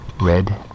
red